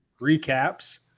recaps